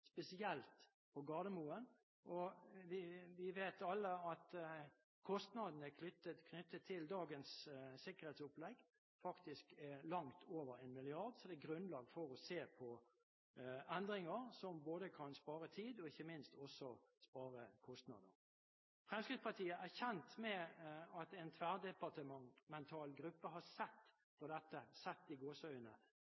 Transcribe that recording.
spesielt på Gardermoen. Vi vet alle at kostnadene knyttet til dagens sikkerhetsopplegg er langt over en milliard kroner. Det er derfor grunnlag for å se på endringer som både kan spare tid, og som kan spare kostnader. Fremskrittspartiet er kjent med at en tverrdepartemental gruppe har